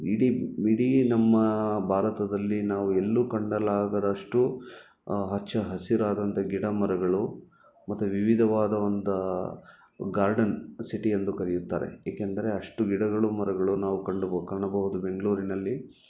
ಇಡೀ ಇಡೀ ನಮ್ಮ ಭಾರತದಲ್ಲಿ ನಾವು ಎಲ್ಲೂ ಕಂಡಲಾಗದಷ್ಟು ಹಚ್ಚ ಹಸಿರಾದಂಥ ಗಿಡ ಮರಗಳು ಮತ್ತು ವಿವಿಧವಾದವಂತಹ ಗಾರ್ಡನ್ ಸಿಟಿ ಎಂದು ಕರೆಯುತ್ತಾರೆ ಏಕೆಂದರೆ ಅಷ್ಟು ಗಿಡಗಳು ಮರಗಳು ನಾವು ಕಂಡು ಬಹ್ ಕಾಣಬೌದು ಬೆಂಗಳೂರಿನಲ್ಲಿ